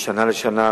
משנה לשנה,